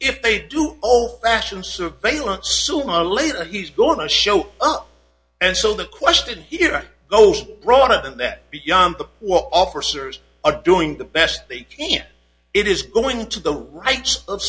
if they do all fashion surveillance sooner or later he's going to show up and so the question here though broader than that beyond the what officers are doing the best they can it is going to the rights of